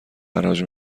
حراج